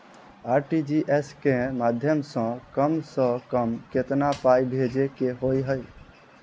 RTGS केँ माध्यम सँ कम सऽ कम केतना पाय भेजे केँ होइ हय?